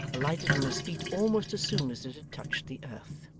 alighted on his feet almost as soon as it had touched the earth.